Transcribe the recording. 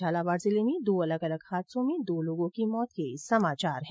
झालावाड जिले में दो अलग अलग हादसों दो लोगों की मौत के समाचार हैं